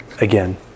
again